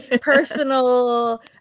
Personal